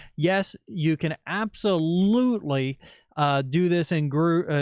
yes, you can absolutely do this in group.